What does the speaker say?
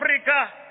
Africa